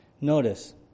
Notice